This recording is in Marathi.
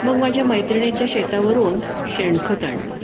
मग माझ्या मैत्रिणीच्या शेतावरून शेणखत आणलं